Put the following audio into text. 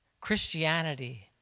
Christianity